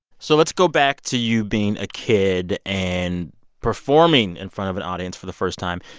so let's go back to you being a kid and performing in front of an audience for the first time.